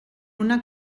una